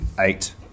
Eight